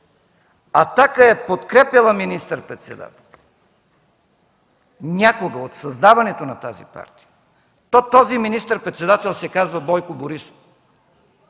„Атака” е подкрепяла министър-председателя, някога, от създаването на тази партия, то този министър-председател се казва Бойко Борисов.